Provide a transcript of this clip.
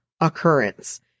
occurrence